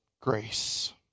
Grace